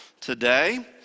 today